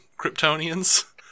Kryptonians